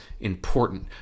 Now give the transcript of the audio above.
important